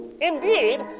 Indeed